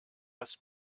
das